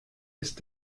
ist